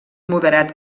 moderat